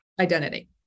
identity